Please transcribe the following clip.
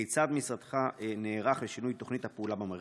רצוני לשאול: כיצד משרדך נערך לשינוי תוכנית הפעולה במרחב?